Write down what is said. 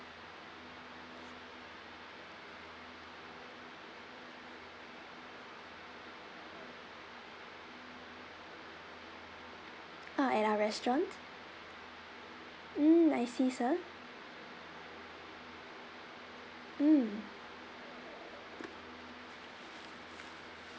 ah at our restaurant mm I see sir mm